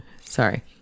Sorry